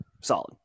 Solid